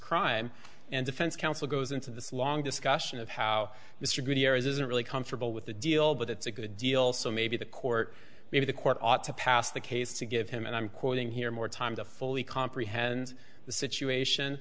crime and defense counsel goes into this long discussion of how mr gutierrez isn't really comfortable with the deal but it's a good deal so maybe the court maybe the court ought to pass the case to give him and i'm quoting here more time to fully comprehend the situation